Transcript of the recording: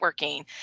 networking